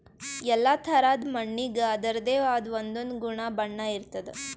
ಎಲ್ಲಾ ಥರಾದ್ ಮಣ್ಣಿಗ್ ಅದರದೇ ಆದ್ ಒಂದೊಂದ್ ಗುಣ ಬಣ್ಣ ಇರ್ತದ್